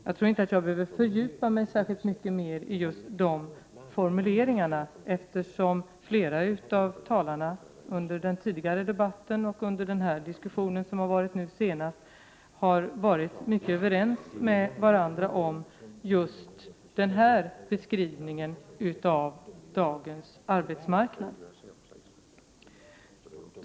Jag behöver noginte fördjupa mig särskilt mycket mer i dessa formuleringar, eftersom flera av talarna under den tidigare debatten och under den nu pågående debatten har varit mycket överens med varandra om just denna beskrivning av dagens arbetsmarknad.